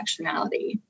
intersectionality